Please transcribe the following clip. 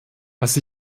was